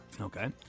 Okay